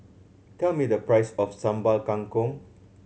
tell me the price of Sambal Kangkong